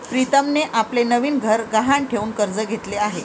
प्रीतमने आपले नवीन घर गहाण ठेवून कर्ज घेतले आहे